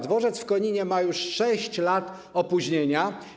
Dworzec w Koninie ma już 6 lat opóźnienia.